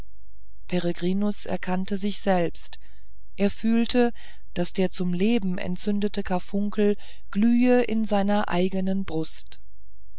peregrinus erkannte sich selbst er fühlte daß der zum leben entzündete karfunkel glühe in seiner eigenen brust